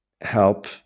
help